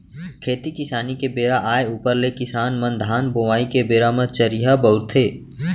खेती किसानी के बेरा आय ऊपर ले किसान मन धान बोवई के बेरा म चरिहा बउरथे